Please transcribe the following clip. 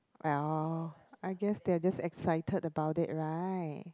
well I guess they are just excited about it right